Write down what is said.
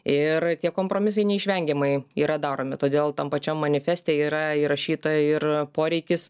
ir tie kompromisai neišvengiamai yra daromi todėl tam pačiam manifeste yra įrašyta ir poreikis